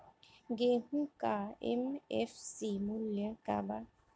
गेहू का एम.एफ.सी मूल्य का बा?